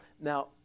Now